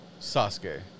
Sasuke